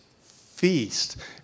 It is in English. feast